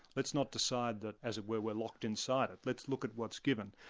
let's not decide that, as it were, we're locked inside it, let's look at what's given.